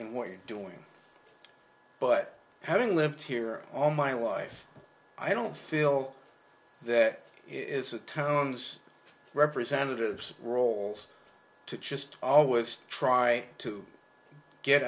in what you're doing but having lived here all my life i don't feel that it's the town's representatives roles to just always try to get